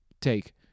take